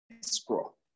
scroll